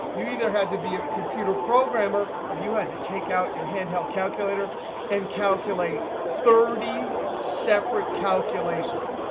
you either had to be a computer programmer, or you had to take out your handheld calculator and calculate thirty separate calculations.